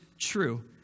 true